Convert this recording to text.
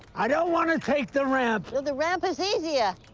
i don't want to take the ramp. well, the ramp is easier.